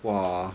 !wah!